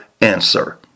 answer